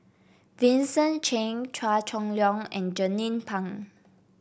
Vincent Cheng Chua Chong Long and Jernnine Pang